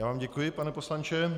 Já vám děkuji, pane poslanče.